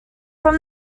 from